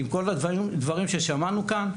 עם כל הדברים ששמענו כאן,